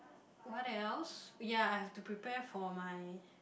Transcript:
what else ya I have to prepare for my